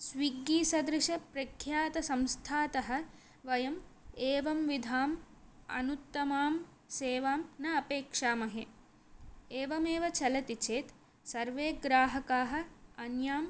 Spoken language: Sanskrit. स्विग्गीसदृशप्रख्यातसंस्थातः वयम् एवं विधाम् अनुत्तमां सेवां न अपेक्षामहे एवमेव चलति चेत् सर्वे ग्राहकाः अन्याम्